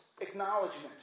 acknowledgement